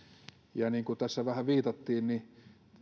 ja niin kuin tässä vähän viitattiin niin